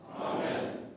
Amen